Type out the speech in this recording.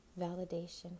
validation